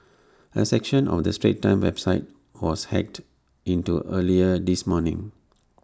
A section of the straits times website was hacked into earlier this morning